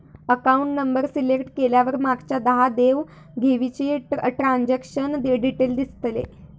account number select केल्यावर मागच्या दहा देव घेवीचा ट्रांजॅक्शन डिटेल दिसतले